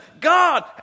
God